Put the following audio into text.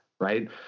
Right